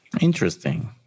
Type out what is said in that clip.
Interesting